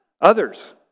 others